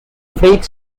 freak